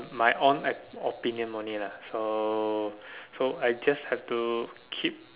my own op~ opinion only lah so so I just have to keep